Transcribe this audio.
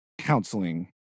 counseling